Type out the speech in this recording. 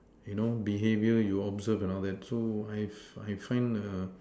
you know behaviour you observe and all that so I have I find uh